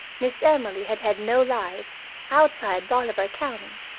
miss emily had had no life outside bolivar county.